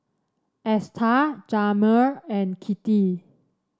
Esta Jamir and Kittie